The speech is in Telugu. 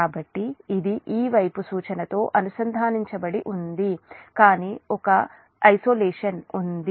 కాబట్టి ఇది ఈ వైపు సూచనతో అనుసంధానించబడి ఉంది కానీ ఒక ఒంటరితనం ఉంది